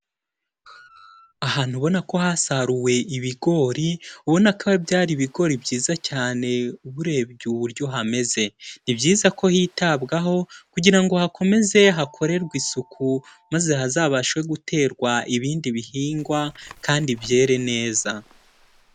Ahantu ubona ko hasaruwe ibigori, ubona ko byari ibigori byiza cyane urebye uburyo hameze, ni byiza ko hitabwaho kugira ngo hakomeze hakorerwe isuku maze hazabashe guterwa ibindi bihingwa kandi byere neza.